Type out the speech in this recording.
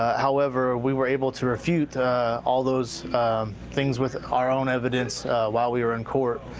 however, we were able to refute all those things with our own evidence while we were in court.